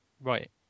Right